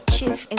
Chief